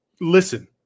listen